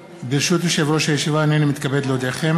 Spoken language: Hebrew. לא היו רק צריכים ללכת לבקר בקבר שלה באותו יום,